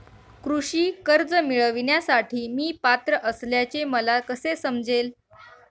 कृषी कर्ज मिळविण्यासाठी मी पात्र असल्याचे मला कसे समजेल?